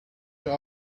your